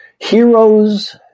heroes